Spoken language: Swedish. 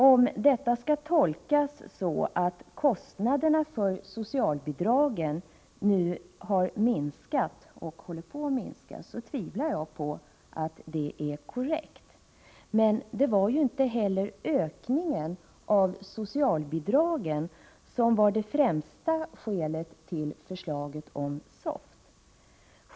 Om detta skall tolkas som att kostnaderna för socialbidragen nu har minskat och håller på att minska, tvivlar jag på att det är korrekt. Men det var inte heller ökningen av socialbidragen som var det främsta skälet till förslaget om SOFT.